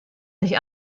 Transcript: nicht